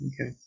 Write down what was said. Okay